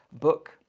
book